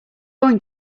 going